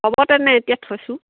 হ'ব তেনে এতিয়া থৈছোঁ